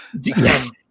Yes